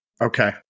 okay